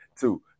Two